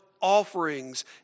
offerings